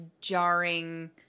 jarring